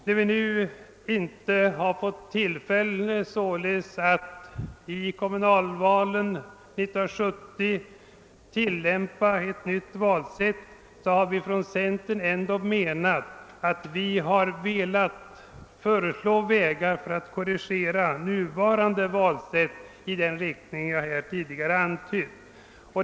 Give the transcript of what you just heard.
När vi nu inte får tillfälle att vid kommunalvalen år 1970 tillämpa ett nytt valsätt, har vi inom centern ändå velat föreslå vägar för att korrigera nuvarande valsätt i den riktning jag tidigare antytt.